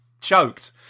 Choked